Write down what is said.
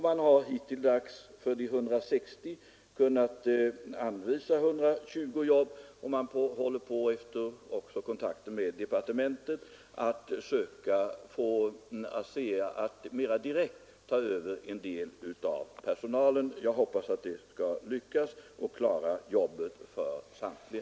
Man har hittilldags för de 160 kunnat anvisa 120 jobb, och man håller på, efter kontakter också med departementet, att söka få ASEA att mera direkt överta en del av personalen. Jag hoppas att man skall lyckas att klara jobben för samtliga.